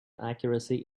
accuracy